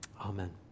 Amen